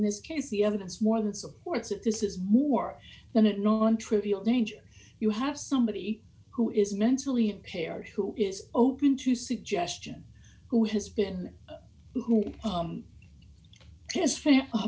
this case the evidence more than supports that this is more than it wrong trivial danger you have somebody who is mentally impaired who is open to suggestion who has been